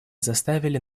заставили